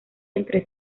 entre